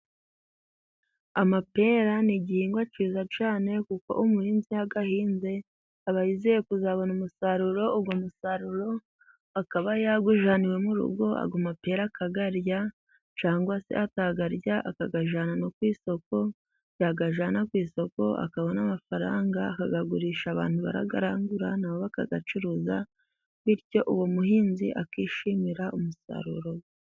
Amapera ni igihingwa cyiza cyane kuko umuhinzi iyo ayahinze aba yizeye kuzabona umusaruro, uwo musaruro akaba yawujyana iwe mu rugo, ayo mapera akayarya cyangwa se atayarya akayajyana no ku isoko, yayajyana ku isoko akabona amafaranga, akayagurisha abantu barayarangura nabo bakayacuruza bityo uwo muhinzi akishimira umusaruro we.